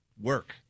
work